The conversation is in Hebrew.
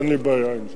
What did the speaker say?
אין לי בעיה עם זה.